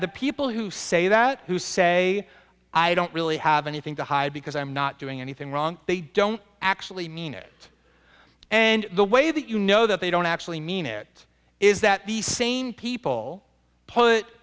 the people who say that who say i don't really have anything to hide because i'm not doing anything wrong they don't actually mean it and the way that you know that they don't actually mean it is that the same people put